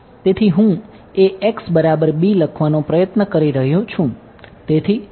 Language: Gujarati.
તેથી હું લખવાનો પ્રયત્ન કરી રહ્યો છું